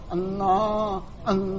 Allah